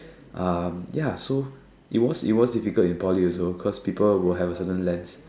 um ya so it was it was difficult in Poly also cause people would have a certain lens